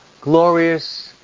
glorious